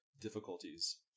difficulties